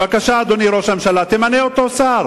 בבקשה, אדוני ראש הממשלה, תמנה אותו לשר.